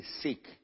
seek